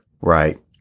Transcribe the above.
Right